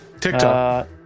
TikTok